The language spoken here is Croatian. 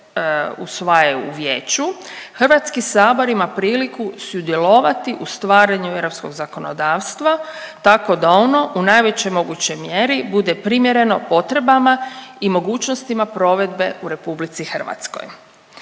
usvajaju u vijeću Hrvatski sabor ima priliku sudjelovati u stvaranju europskog zakonodavstva tako da ono u najvećoj mogućoj mjeri bude primjereno potrebama i mogućnostima provedbe u RH. Taj